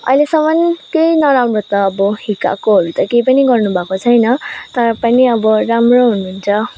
अहिलेसम्म केही नराम्रो त अब हिर्काएकोहरू त केही पनि गर्नु भएको छैन तर पनि अब राम्रो हुनुहुन्छ